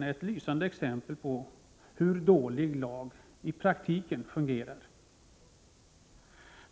ett lysande exempel på hur dålig lag i praktiken fungerar.